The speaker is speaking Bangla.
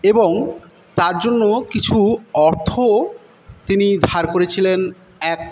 এবং তার জন্য কিছু অর্থ তিনি ধার করেছিলেন এক